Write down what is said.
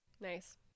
Nice